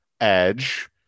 Edge